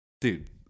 dude